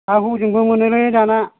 हा हजोंबो मोनोलै दाना